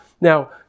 Now